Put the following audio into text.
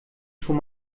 schon